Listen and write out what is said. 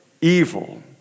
evil